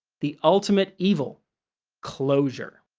the ultimate evil closure.